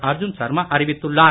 அர்ஜுன் சர்மா அறிவித்துள்ளார்